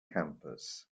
campus